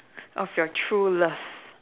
of your true love